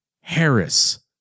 Harris